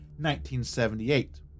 1978